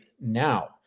now